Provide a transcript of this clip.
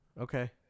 Okay